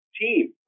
team